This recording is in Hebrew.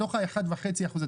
בתוך האחד וחצי אחוז,